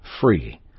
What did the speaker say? free